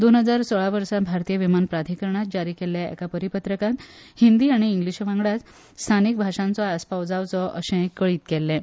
दोन हजार सोळा वर्सा भारतीय विमान प्राधिकरणान जारी केल्ल्या एका परिपत्रकांत हिंदी आनी इंग्लीश वांगडाच थळाव्या भाशांचोय आसपाव जावचो अशें कथीत केलां